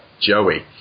Joey